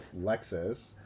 Lexus